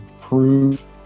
prove